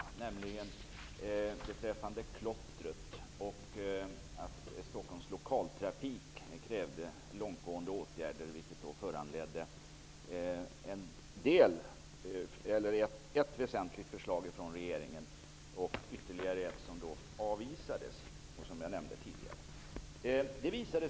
Det gäller klottret och Stockholms Lokaltrafiks krav på långtgående åtgärder. Detta har föranlett ett väsentligt förslag från regeringen och ytterligare ett förslag, vilket dock avvisats. Jag nämnde den saken tidigare.